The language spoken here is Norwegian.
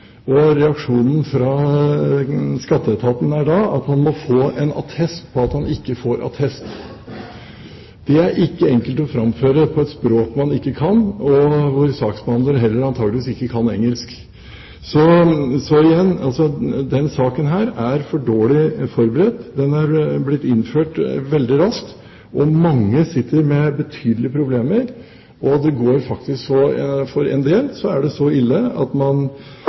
Reaksjonen fra skatteetaten er da at han må få en attest på at han ikke får attest. Det er det ikke enkelt å framføre på et språk man ikke kan, og hvor saksbehandler antakelig heller ikke kan engelsk. Så igjen: Denne saken er for dårlig forberedt, den er blitt innført veldig raskt. Mange sitter med betydelige problemer, og for en del er det så ille at man